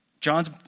John's